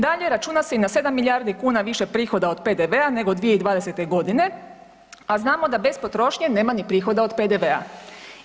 Dakle, računa se i na 7 milijardi kuna više prihoda od PDV-a nego 2020. godine, a znamo da bez potrošnje nema ni prihoda od PDV-a.